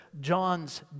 John's